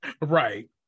right